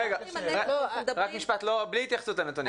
רגע, רק משפט, בלי התייחסות לנתונים.